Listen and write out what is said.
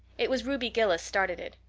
it was ruby gillis started it.